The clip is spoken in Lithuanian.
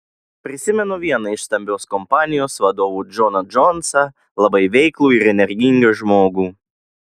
prisimenu vieną iš stambios kompanijos vadovų džoną džonsą labai veiklų ir energingą žmogų